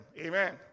Amen